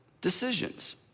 decisions